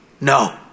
no